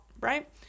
right